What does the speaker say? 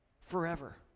forever